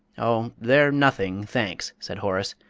oh, they're nothing, thanks, said horace,